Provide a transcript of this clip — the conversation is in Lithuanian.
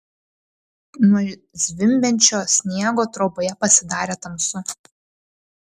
nuo zvimbiančio sniego troboje pasidarė tamsu